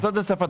הכנסות נוספות,